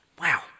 Wow